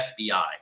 FBI